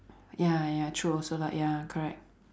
ya ya true also lah ya correct